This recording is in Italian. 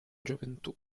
gioventù